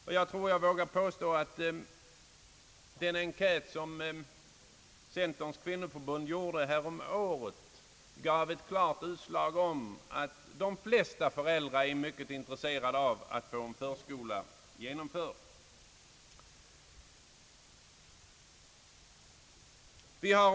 Och jag vågar påstå att den enkät som Centerns kvinnoförbund gjorde häromåret klart pekade på att de flesta föräldrar är mycket intresserade av att en allmän förskola genomföres.